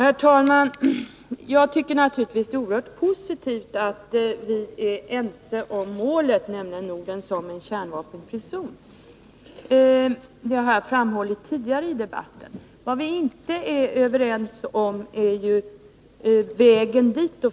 Herr talman! Jag tycker naturligtvis att det är oerhört positivt att vi är ense om målet, nämligen Norden som en kärnvapenfri zon. Det har jag framhållit tidigare i debatten. Vad vi inte är överens om är vägen dit.